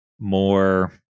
more